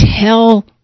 Tell